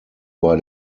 bei